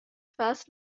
first